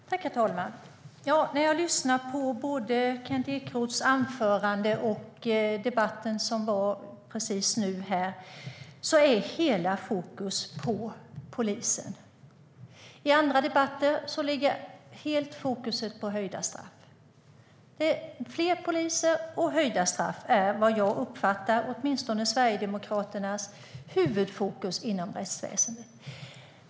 Herr talman! När jag lyssnar på Kent Ekeroth, både i hans anförande och i debatten alldeles nyss, hör jag att hela fokus ligger på polisen. I andra debatter ligger hela fokus på höjda straff. Fler poliser och höjda straff är, åtminstone vad jag uppfattar, Sverigedemokraternas huvudfokus inom rättsväsendet.